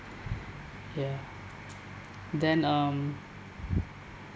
ya then um